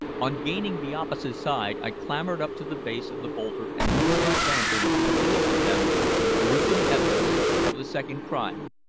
on gaining the opposite side i clambered up to the base of the boulder and lowered my lantern to reveal to them the gruesome evidence of the second crime,